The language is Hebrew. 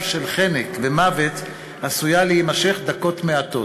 של חנק ומוות עשויה להימשך דקות מעטות.